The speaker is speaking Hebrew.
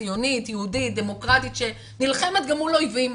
ציונית יהודית דמוקרטית שנלחמת גם מול אויבים,